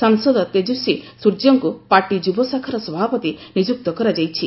ସାଂସଦ ତେଜସ୍ୱୀ ସୂର୍ଯ୍ୟଙ୍କୁ ପାର୍ଟି ଯୁବ ଶାଖାର ସଭାପତି ନିଯୁକ୍ତ କରାଯାଇଛି